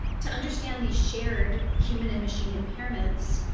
to understand these shared human and machine impairments,